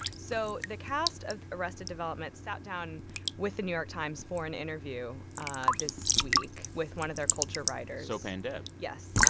so the cast of arrested development sat down with the new york times for an interview ah this week with one of their culture writers sopan deb yes.